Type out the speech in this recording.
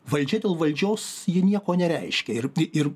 valdžia dėl valdžios ji nieko nereiškia ir ir